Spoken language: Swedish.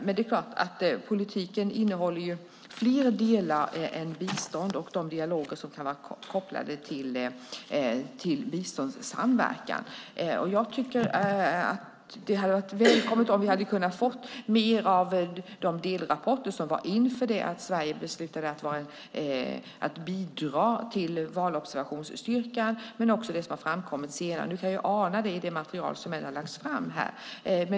Men politiken innehåller fler delar än bistånd och de dialoger som kan vara kopplade till biståndssamverkan. Det hade varit välkommet om vi hade kunnat se mer av de delrapporter som kom inför det att Sverige beslutade att bidra till valobservationsstyrkan än vad som har framkommit senare. Vi kan ana det i det material som har lagts fram här.